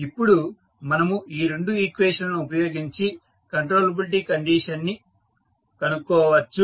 ఇప్పుడు మనము ఈ రెండు ఈక్వేషన్ లను ఉపయోగించి కంట్రోలబిలిటీ కండీషన్ ని కనుక్కోవచ్చు